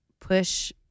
push